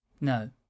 No